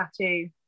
tattoo